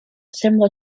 similar